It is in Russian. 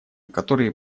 которые